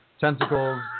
tentacles